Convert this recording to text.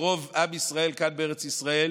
רוב עם ישראל כאן בארץ ישראל,